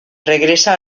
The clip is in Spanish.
regresa